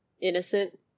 innocent